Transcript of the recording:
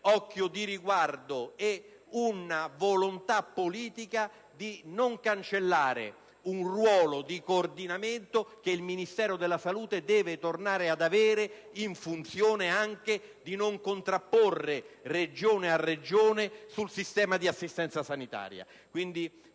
occhio di riguardo e manifesta la volontà politica di non cancellare un ruolo di coordinamento che il Ministero della salute deve tornare ad avere, anche per non contrapporre Regione a Regione sul sistema di assistenza sanitaria.